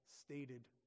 stated